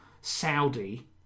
Saudi